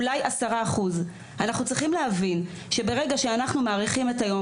אולי 10%. אנחנו צריכים להבין שברגע שאנחנו מאריכים את היום